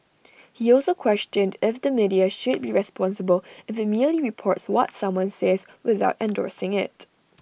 he also questioned if the media should be responsible if IT merely reports what someone says without endorsing IT